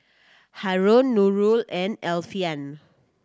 Haron Nurul and Alfian